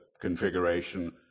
configuration